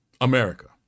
America